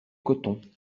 cotton